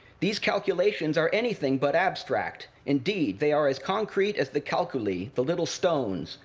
these calculations are anything but abstract. indeed, they are as concrete as the calculi, the little stones,